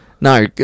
No